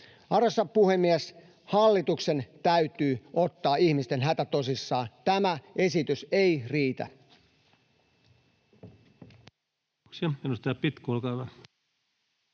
Arvoisa puhemies! Hallituksen täytyy ottaa ihmisten hätä tosissaan. Tämä esitys ei riitä.